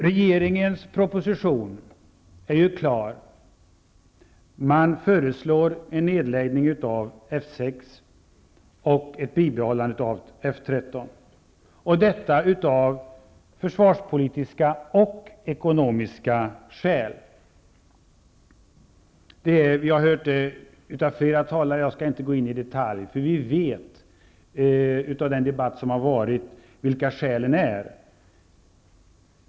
Regeringens proposition är ju klar: man föreslår en nedläggning av F 6 och ett bibehållande av F 13 -- detta av försvarspolitiska och ekonomiska skäl. Vi har hört det av flera talare, och jag skall inte gå in i detalj på det. Vi vet av den debatt som har varit vilka skälen är.